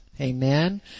Amen